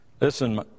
Listen